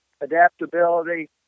adaptability